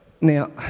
Now